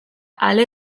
ale